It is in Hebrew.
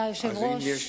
אתה היושב-ראש.